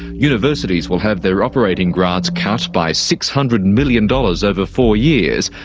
universities will have their operating grants cut by six hundred and million dollars over four years,